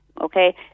okay